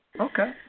Okay